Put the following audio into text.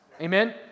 amen